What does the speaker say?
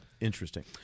interesting